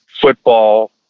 football